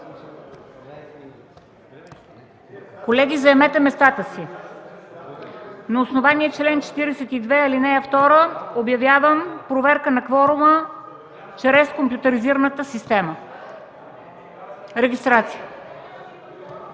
Колеги, заемете местата си! На основание чл. 42, ал. 2 обявявам проверка на кворума чрез компютризираната система. Регистрация!